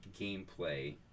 gameplay